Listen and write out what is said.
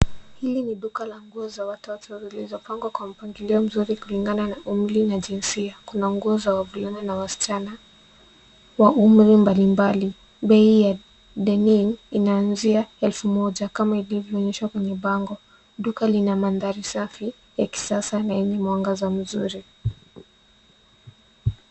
Hili ni duka la nguo za watoto zilizopangwa kwa mpangilio mzuri kulingana na umri na jinsia. Kuna nguo za wavula na wasichana wa umri mbalimbali, bei ya denim inaanzia elfu moja kama ilivyoonyueshwa kwenye bango, duka lina mandhari safi ya kisasa na yenye mwangaza mzuri.